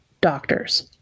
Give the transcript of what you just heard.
doctors